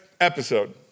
episode